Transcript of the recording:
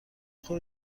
خود